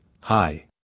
hi